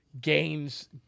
games